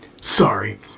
Sorry